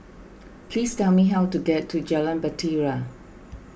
please tell me how to get to Jalan Bahtera